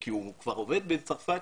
כי הוא כבר עובד בצרפת,